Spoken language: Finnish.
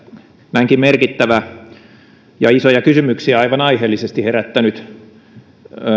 näinkin merkittävä ja isoja kysymyksiä aivan aiheellisesti herättänyt